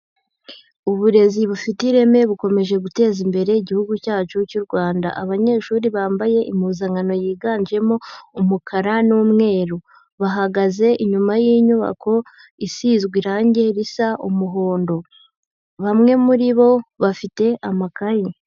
Uburezi bufite ireme bukomeje guteza imbere Igihugu cyacu cy'u Rwanda. Abanyeshuri bambaye impuzankano yiganjemo umukara n'umweru. Bahagaze inyuma y'inyubako isizwe irangi risa umuhondo. Bamwe muri bo bafite amakaye.